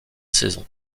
saison